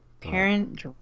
parent